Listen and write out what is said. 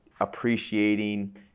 appreciating